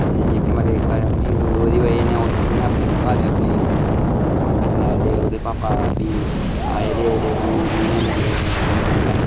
जेह्के मतलब इक बारी फ्ही ओह्दी वजह् कन्नै अस उनें अपने घर अपने मतलब पापे गी सनाएया ऐ ते ओह्दे पापा फ्ही आए ते उनें मतलब